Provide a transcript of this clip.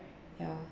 ya